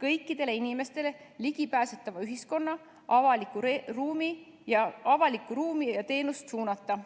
kõikidele inimestele ligipääsetavat avalikku ruumi ja selle teenuseid.